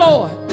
Lord